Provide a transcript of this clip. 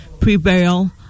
Pre-burial